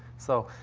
so,